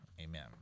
amen